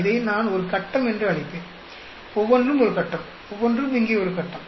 இதை நான் ஒரு கட்டம் என்று அழைப்பேன் ஒவ்வொன்றும் ஒரு கட்டம் ஒவ்வொன்றும் இங்கே ஒரு கட்டம்